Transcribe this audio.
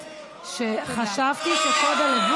אוה, תודה רבה.